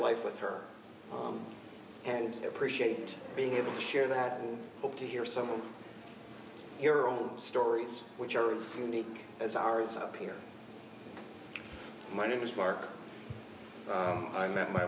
wife with her and appreciate being able to share that hope to hear some of your own stories which are unique as ours up here my name is mark i met my